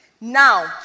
Now